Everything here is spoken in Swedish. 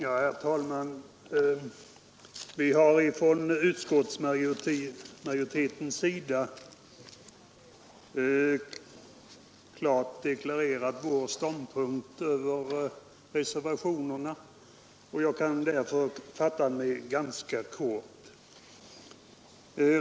Herr talman! Vi som tillhör utskottsmajoriteten har klart deklarerat vår inställning till reservationerna, och jag kan därför fatta mig ganska kort nu.